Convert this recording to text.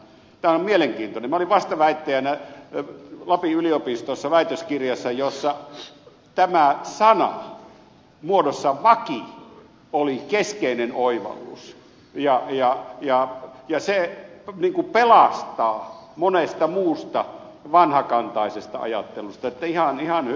minä olin vastaväittäjänä lapin yliopistossa väitöskirjassa jossa tämä sana muodossa vaki oli keskeinen oivallus ja se pelastaa monesta muusta vanhakantaisesta ajattelusta niin että ihan hyvä sana